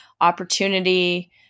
opportunity